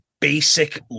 basic